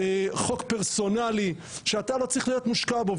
חוק פרסונלי שאתה לא צריך להיות מושקע בו.